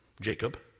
Jacob